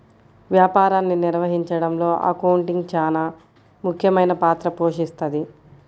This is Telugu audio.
వ్యాపారాన్ని నిర్వహించడంలో అకౌంటింగ్ చానా ముఖ్యమైన పాత్ర పోషిస్తది